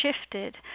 shifted